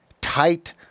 tight